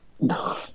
No